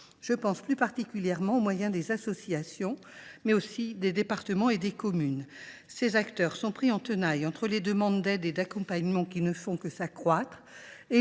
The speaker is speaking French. Je pense plus particulièrement aux associations, mais aussi aux départements et aux communes. Ces acteurs sont pris en tenaille entre les demandes d’aide et d’accompagnement qui ne font que s’accroître